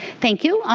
thank you.